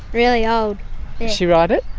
really old. does she ride it?